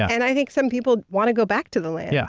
and i think some people want to go back to the land. yeah